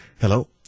hello